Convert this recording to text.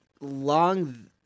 long